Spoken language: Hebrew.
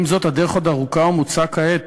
עם זאת, הדרך עוד ארוכה, ומוצע כעת